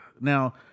Now